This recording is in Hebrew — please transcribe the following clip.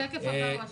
השקף הבא הוא השקף.